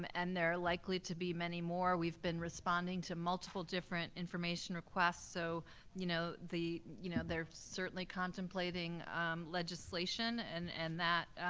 um and there are likely to be many more, we've been responding to multiple different information requests. so you know you know they're certainly contemplating legislation and and that